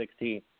2016